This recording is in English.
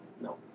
No